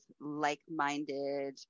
like-minded